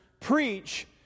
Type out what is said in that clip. preach